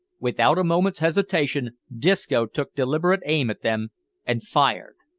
without a moment's hesitation disco took deliberate aim at them and fired.